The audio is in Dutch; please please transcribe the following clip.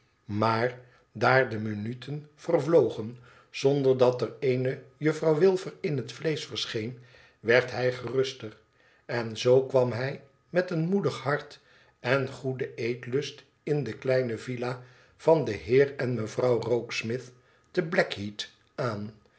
maar daar de minuten vervlogen zonder dat er eene juffrouw wilfer in het vleesch verscheen werd hij geruster en zoo kwam hij met een moedig hart en goeden eetlust in de kleine villa van den heer en mevrouw rokesmith te blackheath aan